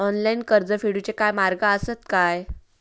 Online कर्ज फेडूचे काय मार्ग आसत काय?